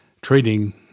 trading